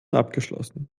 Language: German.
abgeschlossen